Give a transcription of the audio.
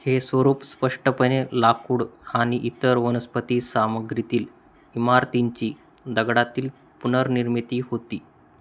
हे स्वरूप स्पष्टपणे लाकूड आणि इतर वनस्पती सामग्रीतील इमारतींची दगडातील पुनर्निर्मिती होती